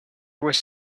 was